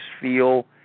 feel